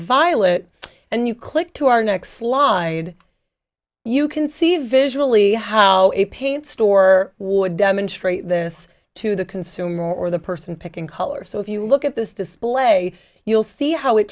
violet and you click to our next slide you conceive visually how it paint store or demonstrate this to the consumer or the person picking colors so if you look at this display you'll see how it